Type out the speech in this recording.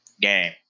game